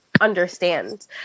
understand